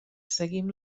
seguim